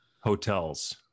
hotels